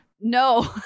No